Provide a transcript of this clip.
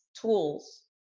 tools